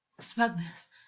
Smugness